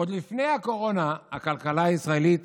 "עוד לפני הקורונה הכלכלה הישראלית